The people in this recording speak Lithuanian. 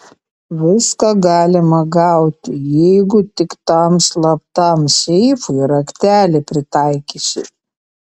viską galima gauti jeigu tik tam slaptam seifui raktelį pritaikysi